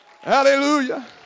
hallelujah